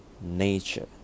nature